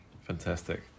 Fantastic